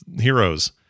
heroes